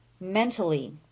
mentally